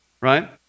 right